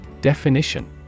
Definition